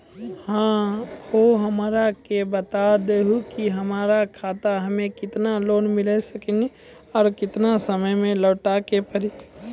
है हो हमरा के बता दहु की हमार खाता हम्मे केतना लोन मिल सकने और केतना समय मैं लौटाए के पड़ी?